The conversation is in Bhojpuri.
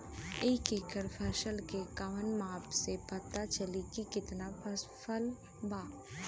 एक एकड़ फसल के कवन माप से पता चली की कितना फल बा?